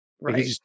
Right